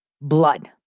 blood